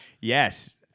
yes